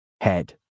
head